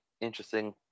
interesting